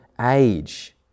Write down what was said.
age